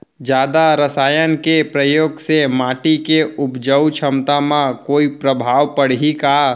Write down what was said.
जादा रसायन के प्रयोग से माटी के उपजाऊ क्षमता म कोई प्रभाव पड़ही का?